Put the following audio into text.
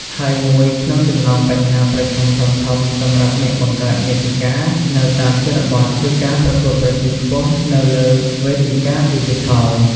ហើយមួយក្នុងចំណោមបញ្ហាប្រឈមធំៗសម្រាប់អ្នកបង្កើតមាតិកានៅតាមជនបទគឺ ការប្រកួតប្រជែងខ្ពស់នៅលើវេទិកាឌីជីថល។